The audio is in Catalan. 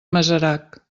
masarac